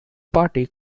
party